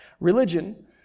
Religion